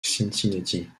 cincinnati